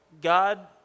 God